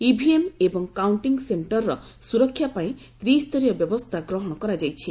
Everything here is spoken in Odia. ଇଭିଏମ୍ ଏବଂ କାଉଣ୍ଟିଂ ସେଣ୍ଟରର ସୁରକ୍ଷା ପାଇଁ ତ୍ରିସ୍ତରୀୟ ବ୍ୟବସ୍ଥା ଗ୍ରହଣ କରାଯାଇଛି